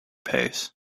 pace